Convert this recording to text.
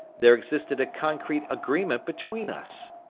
there existed a concrete agreement between us.